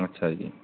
ਅੱਛਾ ਜੀ